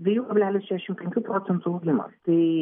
dviejų kablelis šešių penkių procentų augimas tai